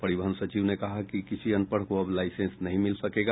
परिवहन सचिव ने कहा कि किसी अनपढ़ को अब लाईसेंस नहीं मिल सकेगा